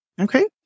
Okay